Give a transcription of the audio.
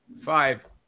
five